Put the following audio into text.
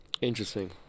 Interesting